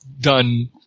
done